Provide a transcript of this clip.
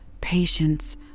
Patience